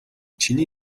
чиний